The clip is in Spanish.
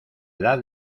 edad